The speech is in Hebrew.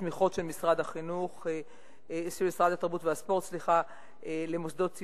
תמיכות של משרד התרבות והספורט למוסדות ציבור,